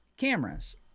cameras